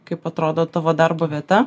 kaip atrodo tavo darbo vieta